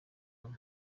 hano